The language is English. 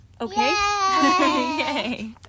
Okay